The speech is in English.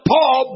Paul